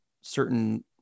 certain